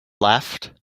left